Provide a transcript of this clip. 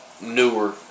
newer